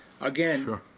again